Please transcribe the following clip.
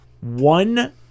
One